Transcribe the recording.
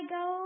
go